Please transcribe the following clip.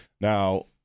Now